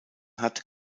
hat